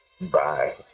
Bye